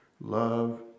love